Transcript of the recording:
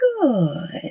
Good